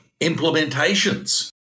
implementations